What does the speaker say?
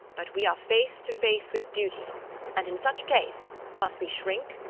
but we are face to face with duty and in such case must we shrink?